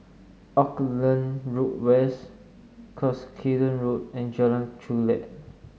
Auckland Road West Cuscaden Road and Jalan Chulek